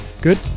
Good